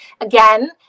Again